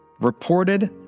reported